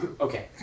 Okay